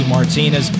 Martinez